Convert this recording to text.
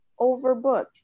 overbooked